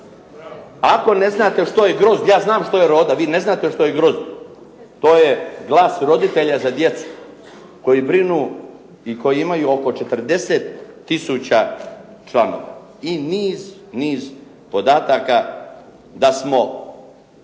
Ako ne znate što je "Grozd", ja znam što je "Roda", vi ne znate što je "Grozd". To je glas roditelja za djecu koji brinu i koji imaju oko 40 tisuća članova i niz, niz podataka da smo